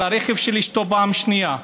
על הרכב של אשתו פעם שנייה,